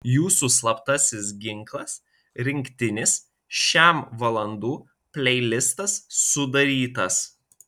jūsų slaptasis ginklas rinktinis šem valandų pleilistas sudarytas